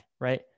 Right